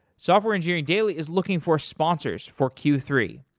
software engineering daily is looking for sponsors for q three.